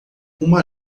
uma